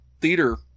theater